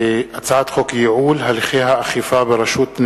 לפיכך אני קובעת שהצעת החוק לתיקון פקודת השותפויות